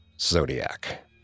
Zodiac